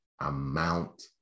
amount